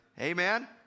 Amen